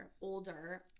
older